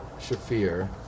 Shafir